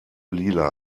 lila